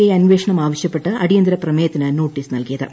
I അന്വേഷണം ആവശ്യപ്പെട്ട് അടിയന്തര പ്രമേയത്തിന് നോട്ടീസ് നൽകിയത്